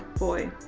boy.